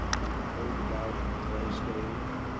being pulled about on a toy stage.